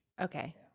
okay